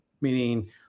meaning